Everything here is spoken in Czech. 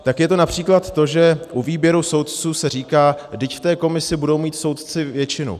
Tak je to například to, že u výběru soudců se říká vždyť v té komisi budou mít soudci většinu.